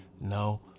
No